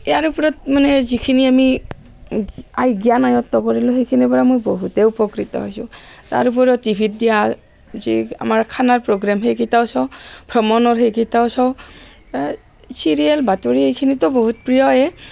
ইয়াত ওপৰত মানে যিখিনি আমি জ্ঞান আয়ত্ব কৰিলোঁ সেইখিনিৰ পৰা মই বহুতেই উপকৃত হৈছোঁ তাৰ উপৰিও টি ভিত দিয়া যি আমাৰ খানাৰ প্ৰগ্ৰেম সেইকেইটাও চাওঁ ভ্ৰমণৰ সেইকেইটাও চাওঁ চিৰিয়েল বাতৰি এইখিনিতো বহুত প্ৰিয়ই